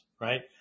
Right